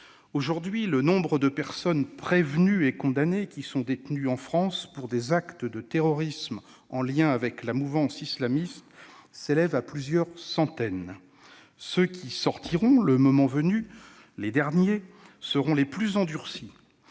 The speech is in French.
Aujourd'hui, le nombre de personnes prévenues et condamnées qui sont détenues en France pour des actes de terrorisme en lien avec la mouvance islamiste s'élève à plusieurs centaines. Ceux qui sortiront- le moment venu -les derniers seront les plus endurcis.